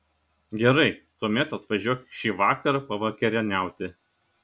gerai tuomet atvažiuok šį vakarą pavakarieniauti